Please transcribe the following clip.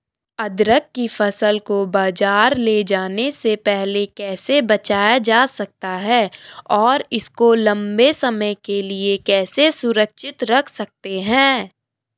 अदरक की फसल को बाज़ार ले जाने से पहले कैसे बचाया जा सकता है और इसको लंबे समय के लिए कैसे सुरक्षित रख सकते हैं?